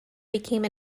became